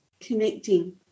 Connecting